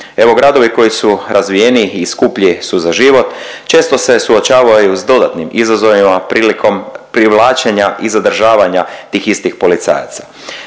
Evo gradovi koji su razvijeniji i skuplji su za život često se suočavaju s dodatnim izazovima prilikom privlačenja i zadržavanja tih istih policajaca.